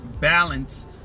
balance